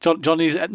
Johnny's